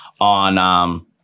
on